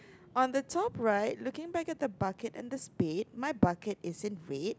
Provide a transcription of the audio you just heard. on the top right looking back at the bucket and the spade my bucket is in red